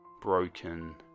Broken